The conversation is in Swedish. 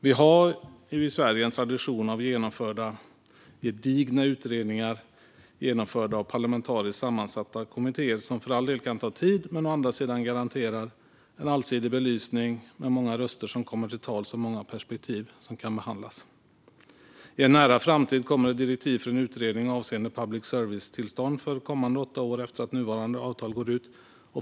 Vi har i Sverige en tradition av gedigna utredningar genomförda av parlamentariskt sammansatta kommittéer, som för all del kan ta tid men som garanterar en allsidig belysning, låter många röster komma till tals och där många perspektiv kan behandlas. I en nära framtid kommer direktiv för en utredning avseende public service-tillstånd för kommande åtta år efter att nuvarande avtal går ut.